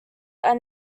are